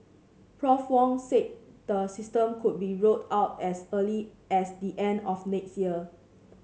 Prof Wong said the system could be rolled out as early as the end of next year